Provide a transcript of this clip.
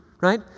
right